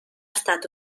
estat